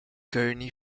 kearny